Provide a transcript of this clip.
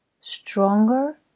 Stronger